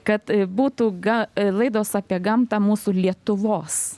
kad būtų ga laidos apie gamtą mūsų lietuvos